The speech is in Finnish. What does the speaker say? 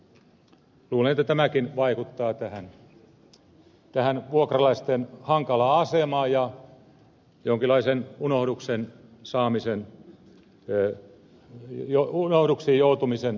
luulen että tämäkin vaikuttaa tähän vuokralaisten hankalaan asemaan ja jonkinlaisen unohduksiin joutumisen kohtaloon